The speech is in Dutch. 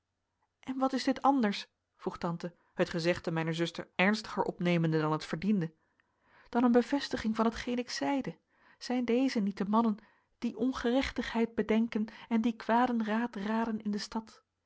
en wat is dit anders vroeg tante het gezegde mijner zuster ernstiger opnemende dan het verdiende dan een bevestiging van hetgeen ik zeide zijn dezen niet de mannen die ongerechtigheyt bedengken en die quaden raet raden in de stadt